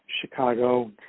Chicago